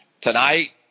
tonight